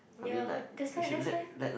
ya that's why that's why